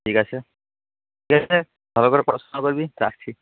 ঠিক আছে ঠিক আছে ভালো করে পড়াশুনা করবি রাখছি